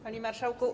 Panie Marszałku!